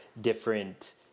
different